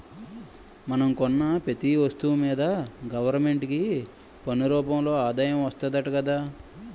మనం కొన్న పెతీ ఒస్తువు మీదా గవరమెంటుకి పన్ను రూపంలో ఆదాయం వస్తాదట గదా